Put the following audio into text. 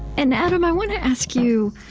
and adam, i want to ask you.